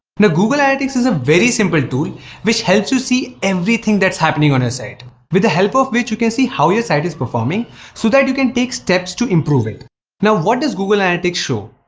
now, google analytics is a very simple tool which helps you see everything that's happening on your site with the help of which you can see how your site is performing so that you can take steps to improve it now what does google analytics show?